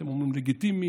אתם אומרים שזה לגיטימי,